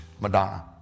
madonna